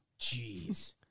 Jeez